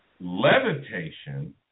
Levitation